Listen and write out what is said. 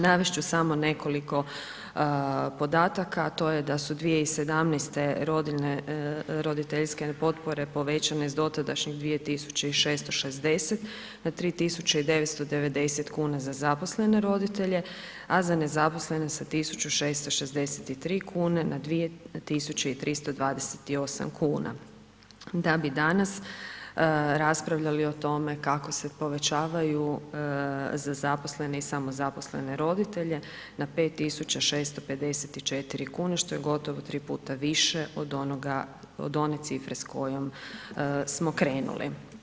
Navest ću samo nekoliko podataka, a to je da su 2017. rodiljne i roditeljske potpore povećane s dotadašnjih 2660 na 3990 kuna za zaposlene roditelje, a za nezaposlene sa 1663 na 2320 kuna, da bi danas raspravljali o tome, kako se povećavaju za zaposlene i samozaposlene roditelje na 5654 kune, što je gotovo 3 puta više od one cifre s kojom smo krenuli.